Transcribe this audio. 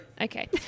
okay